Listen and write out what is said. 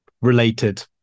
related